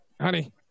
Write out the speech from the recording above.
honey